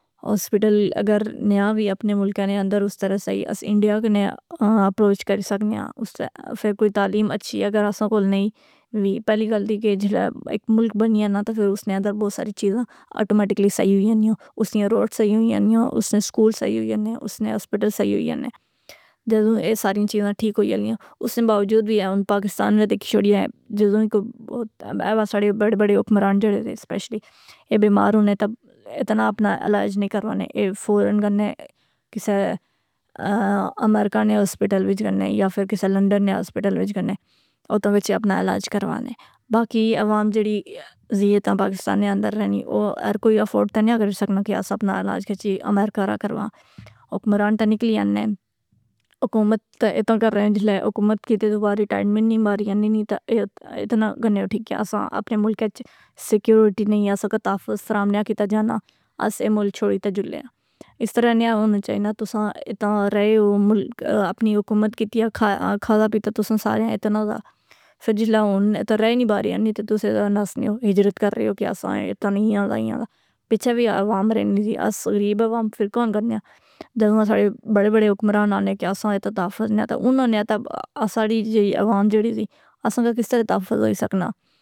ہوسپٹل اگر نیا وی اپنے ملکاں نے اندراس طرح صحیح اس انڈیا کنیا اپروچ کری سکنیاں، فر کوئی تعلیم اچھی اگر اساں کول وی، پہلی گل دی کہ جیڑا ایک ملک بنی ینا تہ فر اس نے اندر بہت ساری چیزاں آٹومیٹکلی صحیح ہونی ینیاں، اس نیاں روڈ صحیح ہونی ینیاں، اس نے سکول صحیح ہونی ینے، اس نے ہوسپٹل صحیح ہونی ینے جدوں اے ساریاں چیزاں ٹھیک ہوئی ینیاں، اس نے باوجود وی اے ہن پاکستان وچ دیکھی شوڑیے، جدوں وی کوئی بہت بڑے بڑے حکمران جڑے دے سپیشلی اے بیمار ہونے تہ اتھے نہ اپنا علاج نہیں کروانے، اے فوراً گھننے، کسی امریکہ نے ہوسپٹل وچ گھننے یا فر کسے لنڈن نے ہوسپٹل وچ گھننے، اتھے وچ اپنا علاج کروانے، باقی عوام جڑی اضیعتاں پاکستان نے اندر رہنی، او ہر کوئی افورڈ تنہیاں کری سکنا کہ اساں اپنا علاج گچھی امریکہ راہ کرواں، حکمران تہ نکلی ینے، حکومت تہ اے تا کرنے، جسلے حکومت کیتی توں بعد ریٹائمنٹ نیں باری آنی نی تہ اے اتنا گھننے اٹھی کہ اساں اپنے ملکے اچ سیکیورٹی نہیں، اساں کا تحافظ فراہم نیا کیتا جانا، اس اے ملک چھوڑی تے جلے آں، اس طرح نیاں ہونا چائیناں، تساں اتھاں رہے او، ملک اپنی حکومت کیتی آ، کھادا پیتا تساں ساریاں اتنا دا، پھر جسلہ ہون اتھے رہ نیں باری آنی تے تسے تاں نسنے او، ہجرت کر رہے ہو کہ اساں اے اتھاں ہیاں ہیاں دا، پیچھے وی عوام رہنی دی، اس غریب عوام نہ فر کون کرنیاں، جدوں اساڑے بڑے بڑے حکمران آنے کہ اساں اتھا تحفظ نیا تہ اناں نے اتھا اساڑی جیڑی عوام جڑی دی، اساں دا کس طرح تحفظ ہوئی سکناں؟